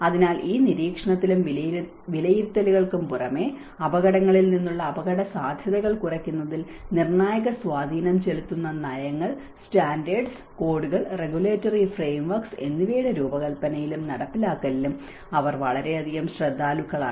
അതിനാൽ ഈ നിരീക്ഷണത്തിനും വിലയിരുത്തലുകൾക്കും പുറമെ അപകടങ്ങളിൽ നിന്നുള്ള അപകടസാധ്യതകൾ കുറയ്ക്കുന്നതിൽ നിർണായക സ്വാധീനം ചെലുത്തുന്ന നയങ്ങൾ സ്റ്റാൻഡേർഡ്സ് കോഡുകൾ റെഗുലേറ്ററി ഫ്രെയിംവർക്സ് എന്നിവയുടെ രൂപകൽപ്പനയിലും നടപ്പാക്കലിലും അവർ വളരെയധികം ശ്രദ്ധാലുക്കളാണ്